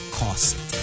cost